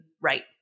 right